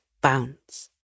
bounce